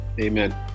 Amen